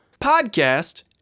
podcast